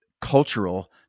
cultural